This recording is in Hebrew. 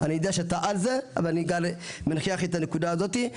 אני יודע שאתה על זה אבל אני כאן מנכיח את הנקודה זאת.